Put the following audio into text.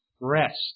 rest